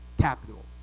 capital